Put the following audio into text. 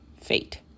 fate